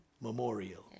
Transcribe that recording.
memorial